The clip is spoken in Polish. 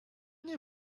nie